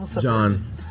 John